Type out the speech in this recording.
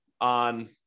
on